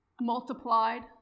multiplied